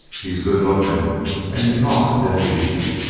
he's good looking and he talks dead easy.